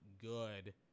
good